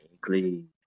clean